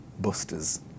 busters